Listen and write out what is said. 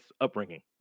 upbringing